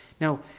Now